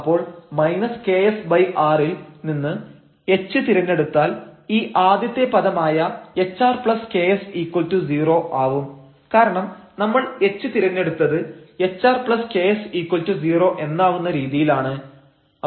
അപ്പോൾ ksr ൽ നിന്ന് h തിരഞ്ഞെടുത്താൽ ഈ ആദ്യത്തെ പദമായ hrks0 ആവും കാരണം നമ്മൾ h തിരഞ്ഞെടുത്തത് hrks0 എന്നാവുന്ന രീതിയിൽ ആണ്